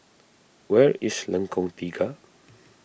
where is Lengkong Tiga